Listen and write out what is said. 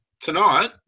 tonight